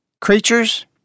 creatures